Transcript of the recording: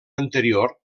anterior